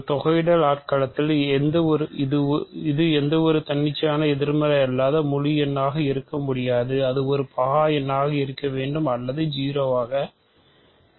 ஒரு தொகையிடல் அட்களத்திர்க்கு இது எந்தவொரு தன்னிச்சையான எதிர்மறை அல்லாத முழு எண்ணாக இருக்க முடியாது அது ஒரு பகா எண்ணாக இருக்க வேண்டும் அல்லது அது 0 ஆக இருக்க வேண்டும்